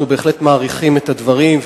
אנחנו בהחלט מעריכים את הדברים.